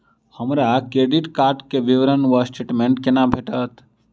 हमरा credit card केँ विवरण वा स्टेटमेंट कोना भेटत?